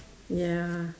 ya